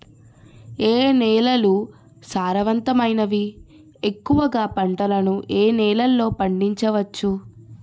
ఏ నేలలు సారవంతమైనవి? ఎక్కువ గా పంటలను ఏ నేలల్లో పండించ వచ్చు?